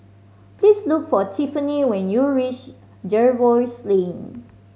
please look for Tiffanie when you reach Jervois Lane